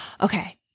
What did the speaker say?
Okay